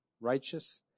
righteous